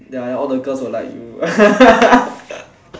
ya than all the girls will like you